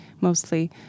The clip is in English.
mostly